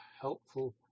helpful